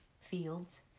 fields